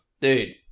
Dude